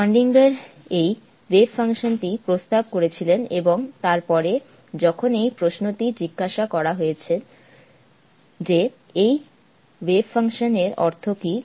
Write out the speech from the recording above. Schrodinger এই wave function টি প্রস্তাব করেছিলেন এবং তারপরে যখন এই প্রশ্নটি জিজ্ঞাসা করা হয়েছিল যে এই ওয়েভ ফাংশন এর অর্থ কী